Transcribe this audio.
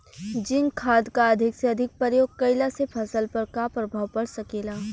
Zinc खाद क अधिक से अधिक प्रयोग कइला से फसल पर का प्रभाव पड़ सकेला?